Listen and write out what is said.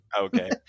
okay